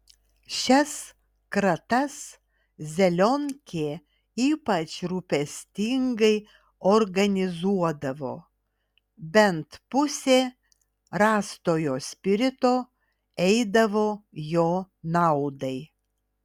šias kratas zelionkė ypač rūpestingai organizuodavo bent pusė rastojo spirito eidavo jo naudai